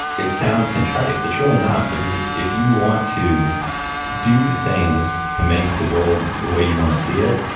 it sounds contrite, but it's really not, because if you want to do the things to make the world the way you want to see it,